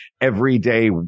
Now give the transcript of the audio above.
everyday